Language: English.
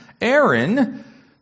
Aaron